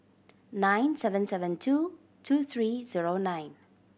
nine seven seven two two three zero nine